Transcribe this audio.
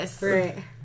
Right